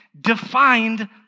defined